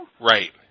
Right